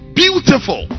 beautiful